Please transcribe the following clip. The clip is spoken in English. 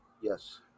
Yes